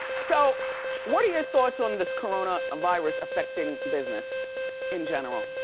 so what are your thoughts on this coronavirus affecting business in general?